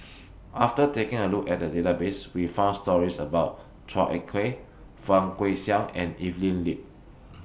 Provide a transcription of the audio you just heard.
after taking A Look At The Database We found stories about Chua Ek Kay Fang Guixiang and Evelyn Lip